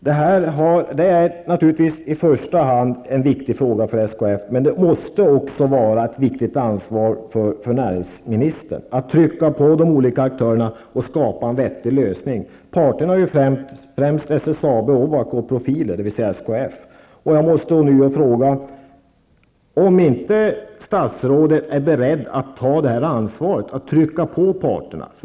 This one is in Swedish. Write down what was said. Det här är naturligtvis en viktig fråga i första hand för SKF, men det måste också vara ett viktigt ansvar för näringsministern att trycka på de olika aktörerna och åstadkomma en vettig lösning. Parterna är främst SSAB och Ovako Jag måste ånyo fråga om statsrådet inte är beredd att ta det ansvaret, dvs. att trycka på parterna.